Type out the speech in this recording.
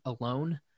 alone